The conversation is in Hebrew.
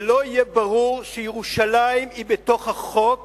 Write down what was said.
ולא יהיה ברור שירושלים היא בתוך החוק